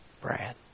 Brad